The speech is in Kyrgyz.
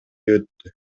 өттү